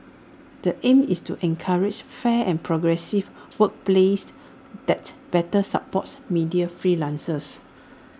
the aim is to encourage fair and progressive workplaces that better supports media freelancers